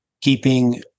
keeping